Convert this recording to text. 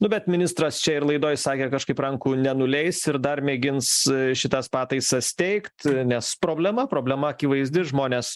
nu bet ministras čia ir laidoj sakė kažkaip rankų nenuleis ir dar mėgins šitas pataisas teikt nes problema problema akivaizdi žmonės